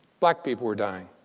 black people were dying.